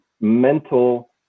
mental